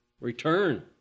return